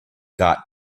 guard